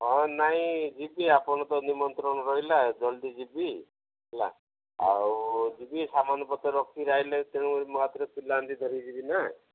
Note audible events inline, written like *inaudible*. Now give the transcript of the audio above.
ହଁ ନାଇଁ ଯିବି ଆପଣ ତ ନିମନ୍ତ୍ରଣ ରହିଲା ଜଲ୍ଦି ଯିବି ହେଲା ଆଉ ଯିବି ସାମାନ ପତ୍ର ରଖିକିରି ଆସିଲେ *unintelligible* ପିଲାଙ୍କୁ ଧରିକି ଯିବି ନା